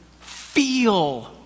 feel